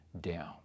down